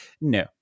no